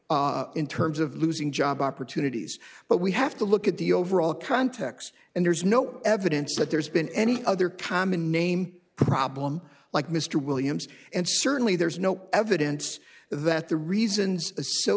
in terms of losing job opportunities but we have to look at the overall context and there's no evidence that there's been any other common name problem like mr williams and sir only there is no evidence that the reasons